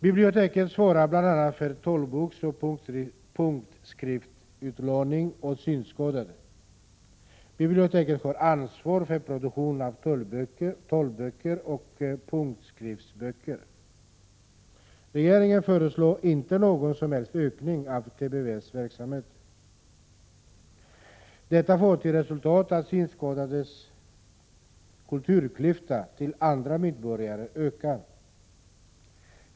Biblioteket svarar bl.a. för talboksoch punktskriftsutlåning åt synskadade. Biblioteket har ansvar för produktion av talböcker och punktskriftsböcker. Regeringen föreslår inte någon som helst ökning av TPB:s verksamhet. Detta får till resultat att synskadades kulturklyfta gentemot andra medborgare ökar.